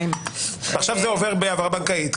עכשיו זה עובר בהעברה בנקאית,